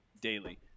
daily